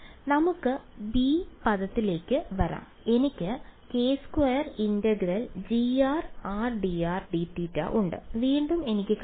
അതിനാൽ നമുക്ക് ബി പദത്തിലേക്ക് വരാം എനിക്ക് k2∫G r dr dθ ഉണ്ട് വീണ്ടും എനിക്ക് കഴിയും